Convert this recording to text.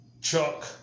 Chuck